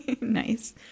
Nice